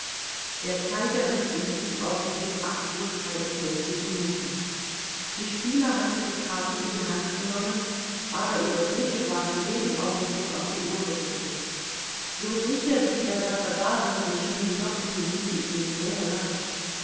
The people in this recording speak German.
der zeiger wies in diesem augenblick acht uhr zweiundvierzig minuten die spieler hatten die karten in die hand genommen aber ihre blicke waren jeden augenblick auf die uhr gerichtet so sicher sie der sache waren so schienen doch die minuten ihnen sehr lang